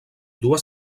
dues